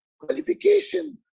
qualification